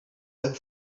her